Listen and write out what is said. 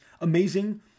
amazing